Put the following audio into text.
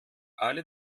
alle